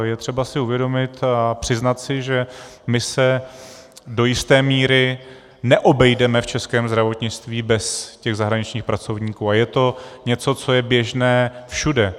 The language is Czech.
Je třeba si uvědomit a přiznat si, že my se do jisté míry neobejdeme v českém zdravotnictví bez zahraničních pracovníků, a je to něco, co je běžné všude.